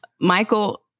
Michael